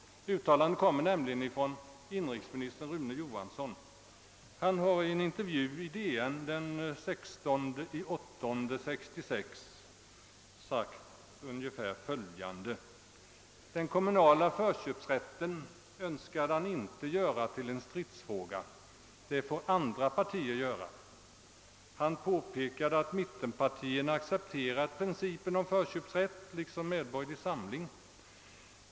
I detta fall är det inrikesminister Rune Johansson, som enligt en intervju i Dagens Nyheter den 16 augusti 1966 sagt ungefär följande: »Den kommunala förköpsrätten ——— önskade han inte göra till en stridsfråga. Det får andra partier göra. Han påpekade att mittenpartierna accepterat principen om förköpsrätt, liksom Medborgerlig samling.